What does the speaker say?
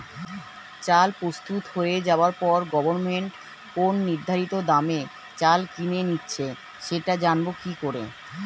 চাল প্রস্তুত হয়ে যাবার পরে গভমেন্ট কোন নির্ধারিত দামে চাল কিনে নিচ্ছে সেটা জানবো কি করে?